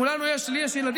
לכולנו יש ילדים,